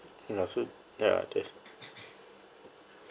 ya so ya that's